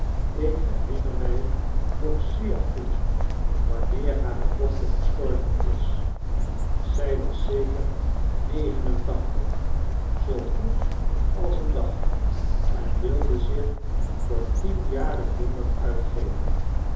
ik herinner my nog zeer goed wanneer hare dochter gestorven is zij was zeker negen en tachtig zoo goed als een dag en wilde zich voor tien jaren jonger uitgeven